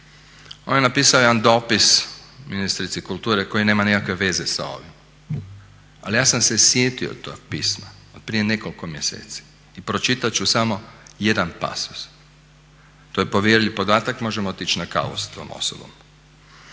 On je napisao jedan dopis ministrici kulture koji nema nikakve veze sa ovim. Ali ja sam se sjetio toga pisma od prije nekoliko mjeseci i pročitati ću samo jedan pasos, to je povjerljiv podatak, možemo otići na kavu s tom osobom.